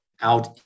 out